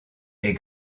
est